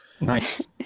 Nice